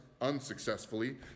unsuccessfully